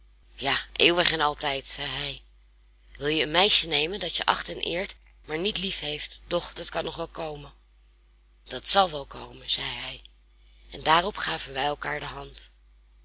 ja eeuwig en altijd zei hij wil je een meisje nemen dat je acht en eert maar niet liefheeft doch dat kan nog wel komen dat zal wel komen zei hij en daarop gaven wij elkaar de hand